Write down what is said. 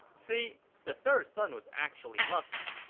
see, the third son was actually lucky.